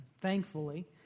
Thankfully